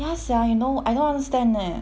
ya sia you know I don't understand eh